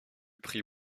prix